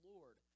Lord